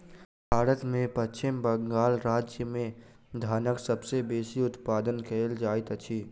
भारत में पश्चिम बंगाल राज्य में धानक सबसे बेसी उत्पादन कयल जाइत अछि